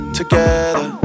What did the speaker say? together